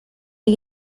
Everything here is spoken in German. die